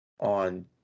on